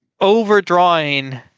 overdrawing